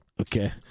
Okay